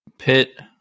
Pitt